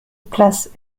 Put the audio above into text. place